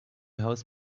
house